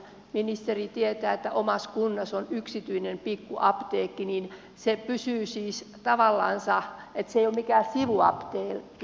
ministeri tietää että omassa kunnassa on yksityinen pikku apteekki se ei ole mikään sivuapteekki